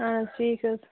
ٹھیٖک حظ